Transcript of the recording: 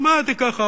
שמעתי ככה,